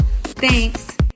Thanks